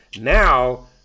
Now